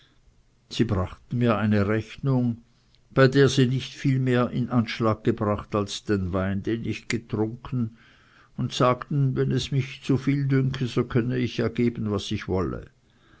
sie brachten mir eine rechnung bei der sie nicht viel mehr in anschlag gebracht als den wein den ich getrunken und sagten wenn es mich zu viel dünke so könne ich ja geben was ich wolle